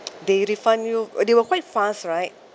they refund you uh they were quite fast right